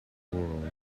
world